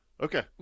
Okay